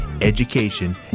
education